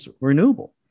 renewable